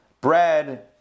bread